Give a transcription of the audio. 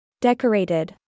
Decorated